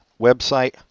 website